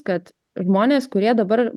kad žmonės kurie dabar